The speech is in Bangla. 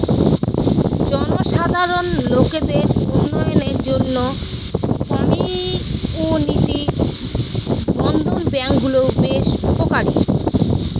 জনসাধারণ লোকদের উন্নয়নের জন্য কমিউনিটি বর্ধন ব্যাঙ্কগুলা বেশ উপকারী